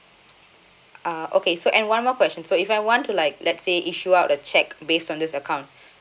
ah okay so and one more question so if I want to like let say issue out the cheque based on this account